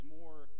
more